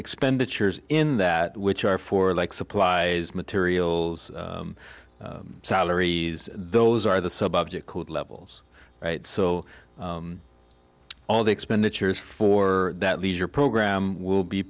expenditures in that which are for like supplies materials salaries those are the subject code levels right so all the expenditures for that leisure programme will be